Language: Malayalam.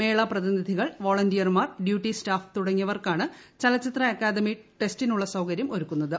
മേള പ്രതിനിധികൾ വോളന്റിയർമാർ ഡ്യൂട്ടി സ്റ്റാഫ് തുടങ്ങിയവർക്കാണ് ചലച്ചിത്ര അക്കാദമി ടെസ്റ്റിനുള്ള സൌകര്യം ഒരുക്കുന്നുത്